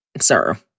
sir